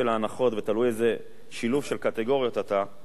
ותלוי באיזה שילוב של קטגוריות אתה,